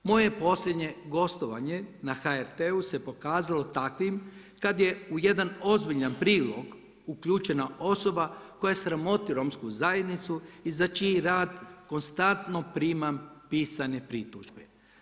Moje posljednje gostovanje na HRT-u se pokazalo takvim kada je u jedan ozbiljan prilog uključena osoba koja sramoti Romsku zajednicu i za čiji rad konstantno primam pisane pritužbe.